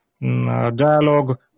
dialogue